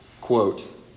quote